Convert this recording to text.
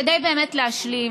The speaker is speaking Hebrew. כדי באמת להשלים